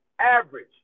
average